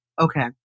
Okay